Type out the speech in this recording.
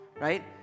right